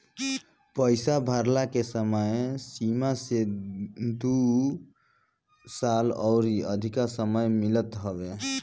पईसा भरला के समय सीमा से दू साल अउरी अधिका समय मिलत हवे